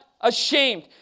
ashamed